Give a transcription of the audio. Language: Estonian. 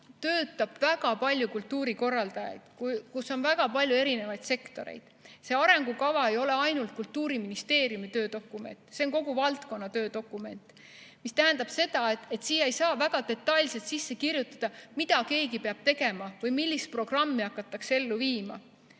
töötab väga palju kultuurikorraldajaid, seal on väga palju erinevaid sektoreid. See arengukava ei ole mitte ainult Kultuuriministeeriumi töödokument, vaid see on kogu valdkonna töödokument. See tähendab seda, et siia ei saa väga detailselt sisse kirjutada, mida keegi peab tegema või millist programmi hakatakse ellu viima.